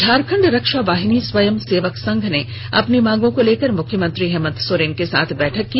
झारखंड रक्षा वाहिनी स्वयं सेवक संघ ने अपनी मांगों को लेकर मुख्यमंत्री हेमंत सोरेन के साथ बैठक की